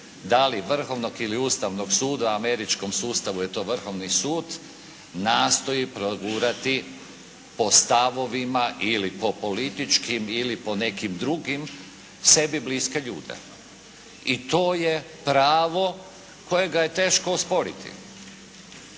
da li Vrhovnog ili Ustavnog suda, u američkom sustavu je to Vrhovni sud, nastoji progurati po stavovima ili po političkim ili po nekim drugim sebi bliske ljude i to je pravo kojega je teško osporiti,